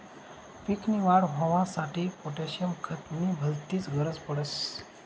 पीक नी वाढ होवांसाठी पोटॅशियम खत नी भलतीच गरज पडस